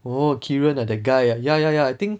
oh kiran ah that guy ya ya ya ya I think